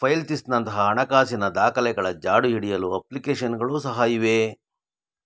ಫೈಲ್ಥಿಸ್ನಂತಹ ಹಣಕಾಸಿನ ದಾಖಲೆಗಳ ಜಾಡು ಹಿಡಿಯಲು ಅಪ್ಲಿಕೇಶನ್ಗಳು ಸಹ ಇವೆ